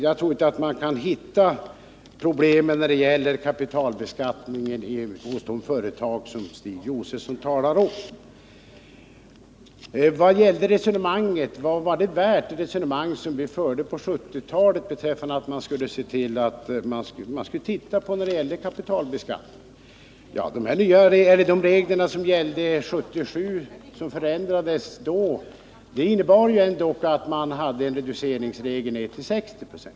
Jag tror inte man kan hitta problemen när det gäller kapitalbeskattningen hos de företag som Stig Josefson talar om. Sedan till frågan om vad det resonemang var värt som vi förde på 1970-talet om att man skulle se över kapitalbeskattningen. De regler som gällde före 1977, då de ändrades, innebar att det fanns en reduceringsregel som gick ner till 60 26.